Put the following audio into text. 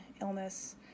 illness